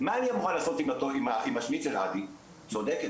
'מה אני אמורה לעשות עם השניצל עדי?' צודקת,